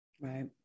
Right